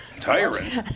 Tyrant